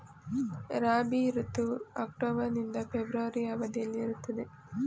ರಾಬಿ ಋತುವು ಅಕ್ಟೋಬರ್ ನಿಂದ ಫೆಬ್ರವರಿ ಅವಧಿಯಲ್ಲಿ ಇರುತ್ತದೆ